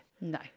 No